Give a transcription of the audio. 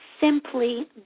simply